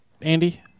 Andy